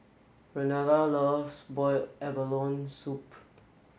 Renada loves boiled abalone soup